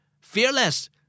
Fearless